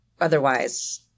Otherwise